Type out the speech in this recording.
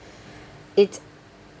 it's